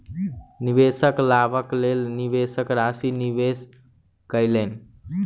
निवेशक लाभक लेल निवेश राशि निवेश कयलैन